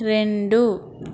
రెండు